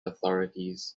authorities